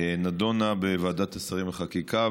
נדונה בוועדת השרים לחקיקה,